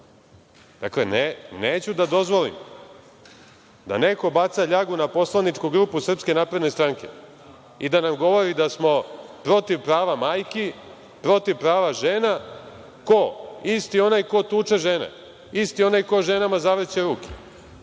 ruku? Dakle, neću da dozvolim da neko baca ljagu na poslaničku grupu SNS i da nam govori da smo protiv prava majki, protiv prava žena. Ko? Isti onaj ko tuče žene, isti onaj ko ženama zavrće ruke,